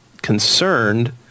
concerned